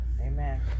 Amen